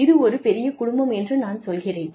இது ஒரு பெரிய குடும்பம் என்று நான் சொல்கிறேன்